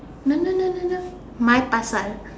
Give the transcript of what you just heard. no no no no no my Pasar